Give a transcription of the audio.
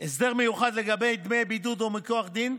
הסדר מיוחד לגבי דמי בידוד או מכוח דין,